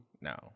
No